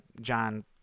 john